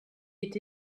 est